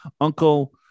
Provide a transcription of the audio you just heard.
Uncle